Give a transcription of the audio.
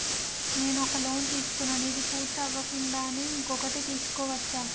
నేను ఒక లోన్ తీసుకున్న, ఇది పూర్తి అవ్వకుండానే ఇంకోటి తీసుకోవచ్చా?